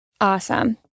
Awesome